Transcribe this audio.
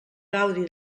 gaudi